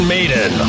Maiden